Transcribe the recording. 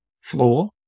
floor